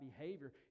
behavior